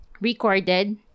recorded